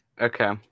Okay